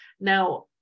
Now